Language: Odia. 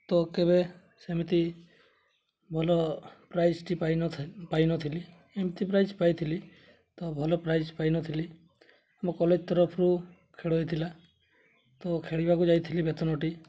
ତ କେବେ ସେମିତି ଭଲ ପ୍ରାଇଜ୍ଟି ପାଇନଥାଏ ପାଇନଥିଲି ଏମିତି ପ୍ରାଇଜ୍ ପାଇଥିଲି ତ ଭଲ ପ୍ରାଇଜ୍ ପାଇନଥିଲି ଆମ କଲେଜ୍ ତରଫରୁ ଖେଳ ହୋଇଥିଲା ତ ଖେଳିବାକୁ ଯାଇଥିଲି ବେତନଠି